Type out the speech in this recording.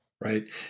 Right